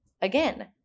Again